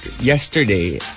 yesterday